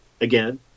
Again